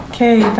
Okay